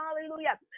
hallelujah